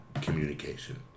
communication